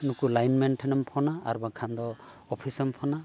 ᱱᱩᱠᱩ ᱞᱟᱭᱤᱱ ᱢᱮᱱ ᱴᱷᱮᱱᱮᱢ ᱯᱷᱳᱱᱟ ᱟᱨ ᱵᱟᱝᱠᱷᱟᱱ ᱫᱚ ᱚᱯᱷᱤᱥᱮᱢ ᱯᱷᱳᱱᱟ